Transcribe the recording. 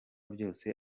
byose